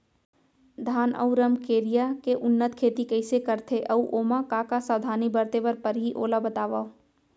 धान अऊ रमकेरिया के उन्नत खेती कइसे करथे अऊ ओमा का का सावधानी बरते बर परहि ओला बतावव?